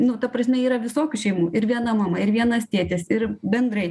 nu ta prasme yra visokių šeimų ir viena mama ir vienas tėtis ir bendrai